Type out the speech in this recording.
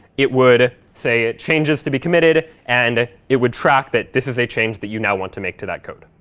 it would, say change is to be committed. and it would track that this is a change that you now want to make to that code.